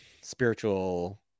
spiritual